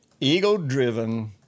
ego-driven